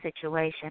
situation